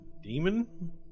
demon